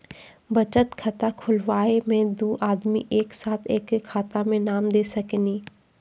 बचत खाता खुलाए मे दू आदमी एक साथ एके खाता मे नाम दे सकी नी?